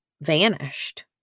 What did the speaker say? vanished